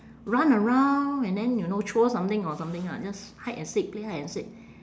run around and then you know throw something or something ah just hide and seek play hide and seek